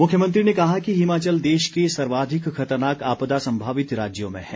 मुख्यमंत्री ने कहा कि हिमाचल देश के सर्वाधिक खतरनाक आपदा संभावित राज्यों में है